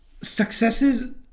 successes